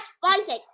fighting